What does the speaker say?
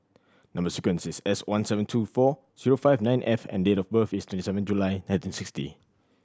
number sequence is S one seven two four zero five nine F and date of birth is twenty seven July nineteen sixty